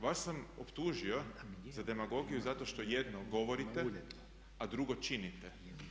Vas sam optužio za demagogiju zato što jedno govorite a drugo činite.